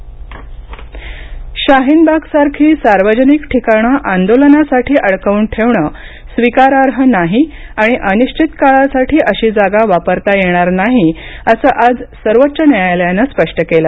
शाहीनबाग शाहीनबागसारखी सार्वजनिक ठिकाणं आंदोलनासाठी अडकावून ठेवणं स्वीकाराई नाही आणि अनिश्वित काळासाठी अशी जागा वापरता येणार नाही असं आज सर्वोच्च न्यायालयानं स्पष्ट केलं